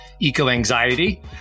eco-anxiety